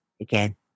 again